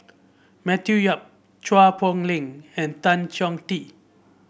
Matthew Yap Chua Poh Leng and Tan Chong Tee